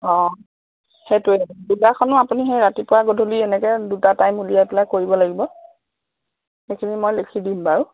অঁ সেইটোৱে যোগাসনো আপুনি সেই ৰাতিপুৱা গধূলি এনেকে দুটা টাইম উলিয়াই পেলাই কৰিব লাগিব সেইখিনি মই লিখি দিম বাৰু